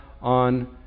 on